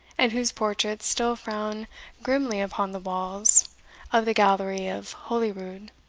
and whose portraits still frown grimly upon the walls of the gallery of holyrood.